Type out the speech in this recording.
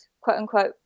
quote-unquote